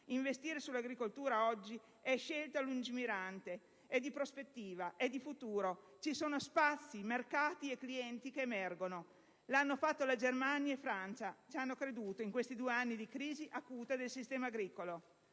Investire sull'agricoltura oggi è scelta lungimirante, è di prospettiva, è di futuro; ci sono spazi, mercati e clienti che emergono. L'hanno fatto la Germania e la Francia; ci hanno creduto in questi due anni di crisi acuta del sistema agricolo.